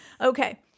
Okay